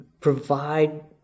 provide